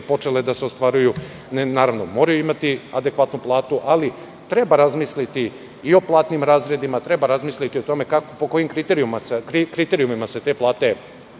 počele da se ostvaruju, moraju imati adekvatnu platu. Treba razmisliti i o platnim razredima. Treba razmisliti o tome po kojim kriterijumima se te plate